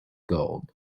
gold